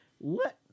let